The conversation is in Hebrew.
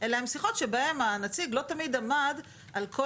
אלא הן שיחות שבהן הנציג לא תמיד עמד על כל